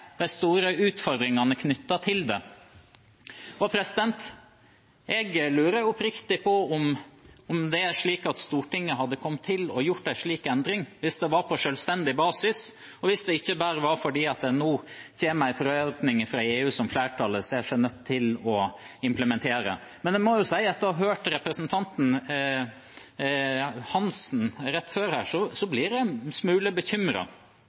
de store utfordringene knyttet til det. Jeg lurer oppriktig på om det er slik at Stortinget hadde kommet til å gjøre en slik endring hvis det var på selvstendig basis, hvis det ikke var fordi det nå kommer en forordning fra EU som flertallet ser seg nødt til å implementere. Jeg må si at etter å ha hørt representanten Hansen rett før her, blir jeg en smule